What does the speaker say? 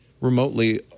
remotely